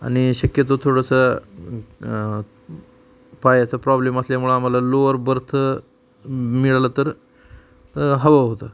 आणि शक्यतो थोडंसं पायाचा प्रॉब्लेम असल्यामुळं आम्हाला लोअर बर्थ मिळालं तर हवं होतं